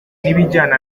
n’ibijyana